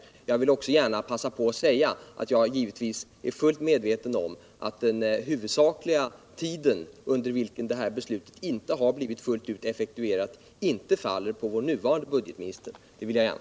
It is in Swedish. Jag vill också gärna passa på att säga att jag givetvis är fullt medveten om att ansvaret under den huvudsakliga tid, då det här beslutet inte har blivit fullt ut effektuerat, inte faller på den nuvarande budgetministern.